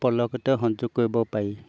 পলকতে সংযোগ কৰিব পাৰি